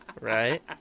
Right